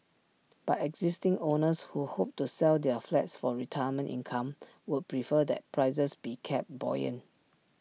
but existing owners who hope to sell their flats for retirement income would prefer that prices be kept buoyant